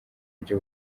buryo